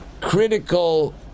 critical